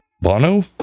bono